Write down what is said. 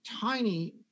tiny